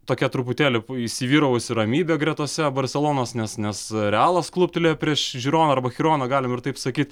tokia truputėlį po įsivyravusi ramybė gretose barselonos nes nes realas kluptelėjo prieš žiūroną arba chironą galima ir taip sakyti